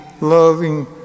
loving